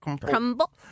Crumble